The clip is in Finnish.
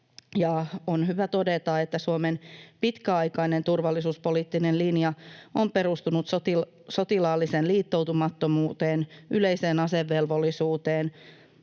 on hyvä todeta, että Suomen pitkäaikainen turvallisuuspoliittinen linja on perustunut sotilaalliseen liittoutumattomuuteen, yleiseen asevelvollisuuteen,